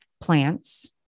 plants